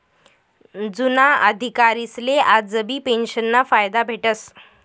जुना अधिकारीसले आजबी पेंशनना फायदा भेटस